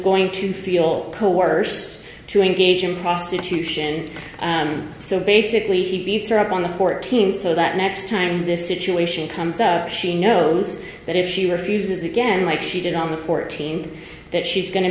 going to feel coerced to engage in prostitution and so basically she beats her up on the fourteenth so that next time this situation comes out she knows that if she refuses again like she did on the fourteenth that she's going to